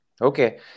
Okay